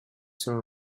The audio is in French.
selon